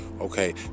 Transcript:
Okay